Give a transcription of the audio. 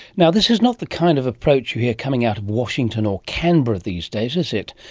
now, this is not the kind of approach you hear coming out of washington or canberra these days is it?